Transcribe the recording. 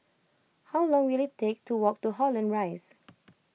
how long will it take to walk to Holland Rise